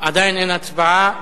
עדיין אין הצבעה.